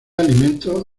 alimentos